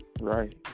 right